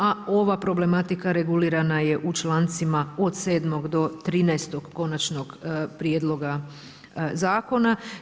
A ova problematika regulirana je u člancima od 7. do 13. konačnog prijedloga zakona.